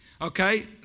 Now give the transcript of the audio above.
Okay